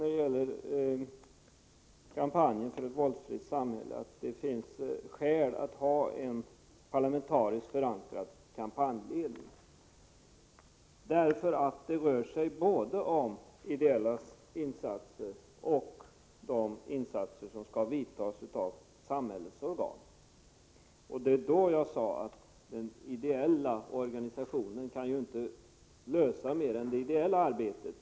När det gäller kampanjen för ett våldsfritt samhälle tycker vi, Olle Svensson, att det finns skäl att ha en parlamentariskt förankrad kampanjledning. Det rör sig både om ideella insatser och de insatser som skall vidtas av samhällets organ. Det var i det sammanhanget som jag sade att den ideella organisationen inte kan klara mer än det ideella arbetet.